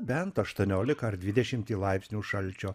bent aštuoniolika ar dvidešimtį laipsnių šalčio